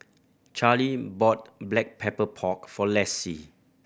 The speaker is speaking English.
Charley bought Black Pepper Pork for Lessie